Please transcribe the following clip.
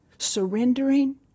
surrendering